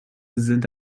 sind